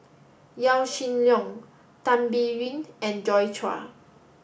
Yaw Shin Leong Tan Biyun and Joi Chua